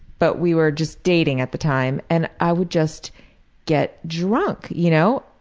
but we were just dating at the time, and i would just get drunk, you know?